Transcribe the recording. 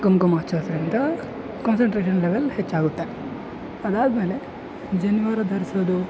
ಕುಂಕುಮ ಹಚ್ಚೋದರಿಂದ concentration level ಹೆಚ್ಚಾಗುತ್ತೆ ಅದಾದಮೇಲೆ ಜನಿವಾರ ಧರಿಸೋದು